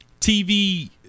TV